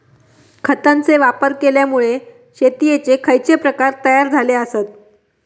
खतांचे वापर केल्यामुळे शेतीयेचे खैचे प्रकार तयार झाले आसत?